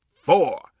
four